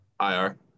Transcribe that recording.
IR